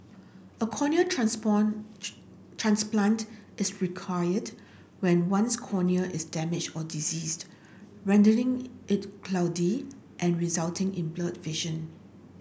a corneal transport transplant is required when one's cornea is damaged or diseased rendering it cloudy and resulting in blurred vision